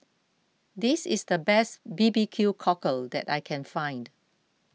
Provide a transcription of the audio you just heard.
this is the best B B Q Cockle that I can find